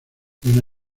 una